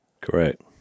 Correct